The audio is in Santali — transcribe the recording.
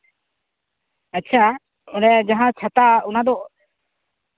ᱟᱪᱪᱷᱟ ᱚᱱᱮ ᱡᱟᱦᱟᱸ ᱪᱷᱟᱛᱟ ᱚᱱᱟ ᱫᱚ